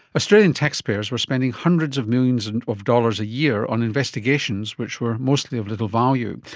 australian taxpayers were spending hundreds of millions and of dollars a year on investigations which were mostly of little value.